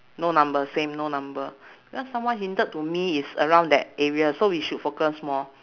no number same no number cause someone hinted to me it's around that area so we should focus more